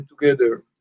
together